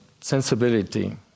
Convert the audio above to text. sensibility